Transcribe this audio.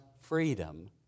freedom